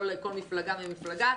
כל מפלגה ומפלגה,